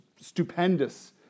stupendous